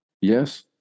Yes